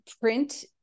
print